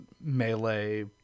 melee